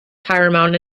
paramount